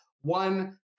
one